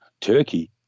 Turkey